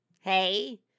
hey